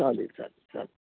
चालेल चालेल चालेल